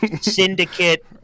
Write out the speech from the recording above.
syndicate